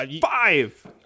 five